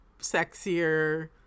sexier